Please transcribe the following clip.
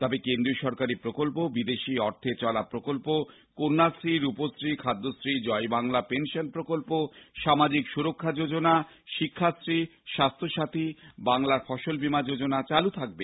তবে কেন্দ্রীয় সরকারী প্রকল্প বিদেশী অর্থে চলা প্রকল্প কন্যাশ্রী রূপশ্রী খাদ্যশ্রী জয়বাংলা পেনশন প্রকল্প সামাজিক সুরক্ষা যোজনা শিক্ষাশ্রী স্বাস্হ্যসাথী বাংলাফসলবীমা যোজনা চালু থাবে